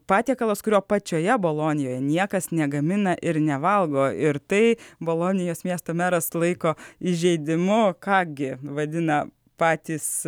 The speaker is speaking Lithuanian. patiekalas kurio pačioje bolonijoje niekas negamina ir nevalgo ir tai bolonijos miesto meras laiko įžeidimu ką gi vadina patys